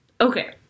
Okay